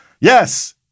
Yes